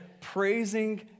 praising